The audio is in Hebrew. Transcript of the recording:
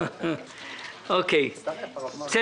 יש